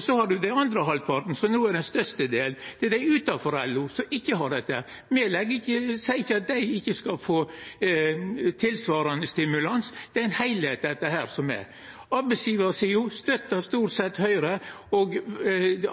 Så har ein den andre vel halvparten, som no er den største delen. Det er dei utanfor LO, som ikkje har dette. Me seier ikkje at dei ikkje skal få tilsvarande stimulans, dette er ein heilskap. Arbeidsgjevarsida støttar stort sett Høgre, og